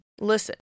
Listen